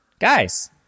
guys